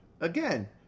Again